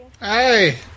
Hey